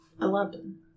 eleven